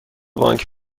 بانک